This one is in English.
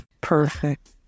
Perfect